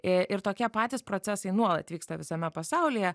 e ir tokie patys procesai nuolat vyksta visame pasaulyje